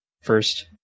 first